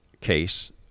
case